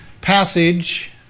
passage